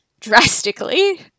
drastically